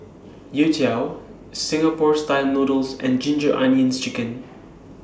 Youtiao Singapore Style Noodles and Ginger Onions Chicken